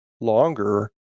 longer